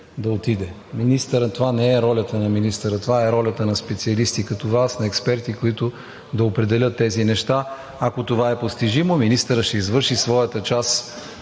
да отиде. Това не е ролята на министъра, това е ролята на специалистите като Вас – на експертите, които да определят тези неща. Ако това е постижимо, министърът ще свърши своята част